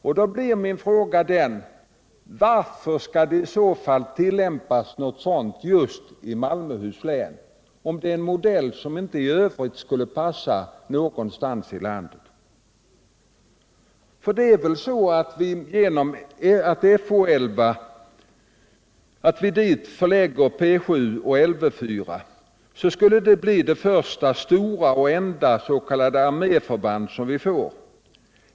Min fråga blir därför: Varför skall detta tillämpas just i Malmöhus län, om det är något som inte passar någon annanstans i landet? Genom att vi till Fo 11 förlägger P 7 och Lv 4 skulle det bli det första stora och enda s.k. arméförband som vi får.